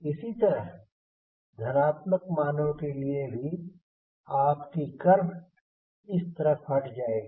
इसी तरह धनात्मक मानों के लिए आपकी कर्व इस तरफ हट जाएगी